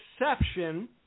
exception